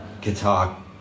guitar